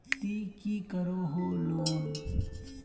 ती की करोहो लोन?